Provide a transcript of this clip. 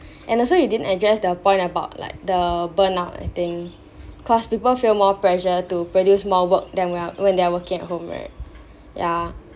and also you didn't address the point about like the burn out I think cause people feel more pressure to produce more work than we're when they're working at home right ya